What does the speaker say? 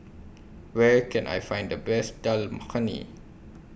Where Can I Find The Best Dal Makhani